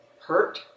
hurt